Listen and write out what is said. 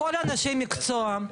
כל אנשי המקצועי,